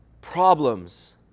problems